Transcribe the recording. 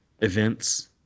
events